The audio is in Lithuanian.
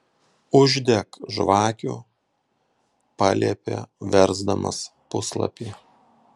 uždek žvakių paliepė versdamas puslapį